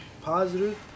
positive